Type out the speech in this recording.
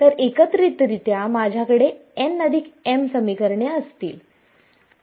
तर एकत्रितरीत्या माझ्याकडे nm समीकरणे असतील